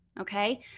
Okay